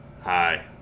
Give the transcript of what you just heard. Hi